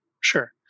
Sure